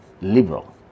liberal